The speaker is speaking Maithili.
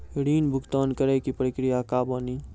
ऋण भुगतान करे के प्रक्रिया का बानी?